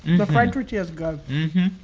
the fried tortilla's good